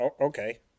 okay